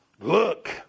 Look